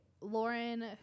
Lauren